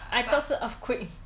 I thought 是 earthquake